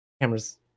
Camera's